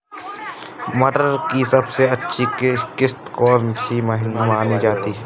मटर की सबसे अच्छी किश्त कौन सी मानी जाती है?